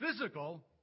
physical